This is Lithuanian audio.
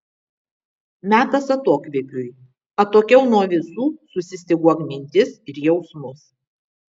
metas atokvėpiui atokiau nuo visų susistyguok mintis ir jausmus